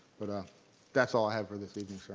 but that's all i have for this evening, sir.